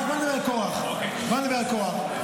בוא נדבר על קרח, בוא נדבר על קרח.